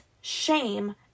shame